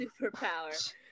superpower